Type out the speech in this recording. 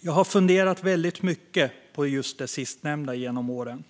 Jag har funderat väldigt mycket på just det sistnämnda genom åren.